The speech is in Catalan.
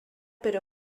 però